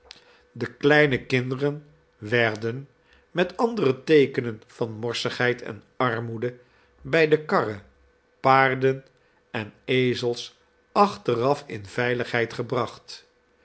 de kleine kinderen werden met andere teekenen van morsigheid en armoede bij de karren paarden en ezels achteraf in veiligheid gebracht